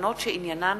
בקובלנות שעניינן